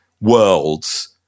worlds